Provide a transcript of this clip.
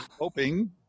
hoping